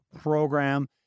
program